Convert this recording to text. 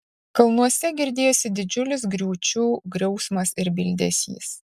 kalnuose girdėjosi didžiulis griūčių griausmas ir bildesys